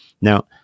Now